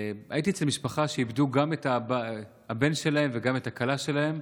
הייתי אצל משפחה שאיבדה גם את הבן שלהם וגם את הכלה שלהם,